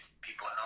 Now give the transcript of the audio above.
people